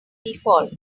default